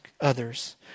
others